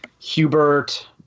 Hubert